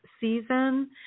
season